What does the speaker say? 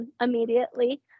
immediately